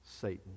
Satan